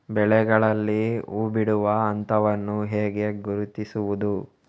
ಬೆಳೆಗಳಲ್ಲಿ ಹೂಬಿಡುವ ಹಂತವನ್ನು ಹೇಗೆ ಗುರುತಿಸುವುದು?